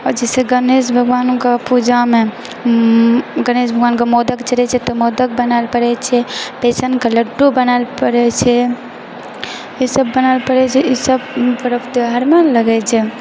आओर जैसे गणेश भगवानके पूजामे गणेश भगवानके मोदक चढ़ै छै तऽ मोदक बनाएल पड़ैत छै बेसनके लड्डु बनाएल पड़ैत छै ईसब बनाएल पड़ैत छै ई सब पर्व त्यौहारमे लगै छै